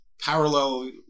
parallel